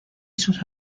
sus